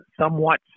somewhat